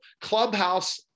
Clubhouse